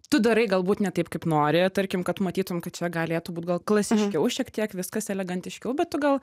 tu darai galbūt ne taip kaip nori tarkim kad matytum kad čia galėtų būt gal klasiškiau šiek tiek viskas elegantiškiau bet tu gal